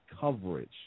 coverage